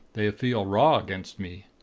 they feel raw against me.